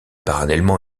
parallèlement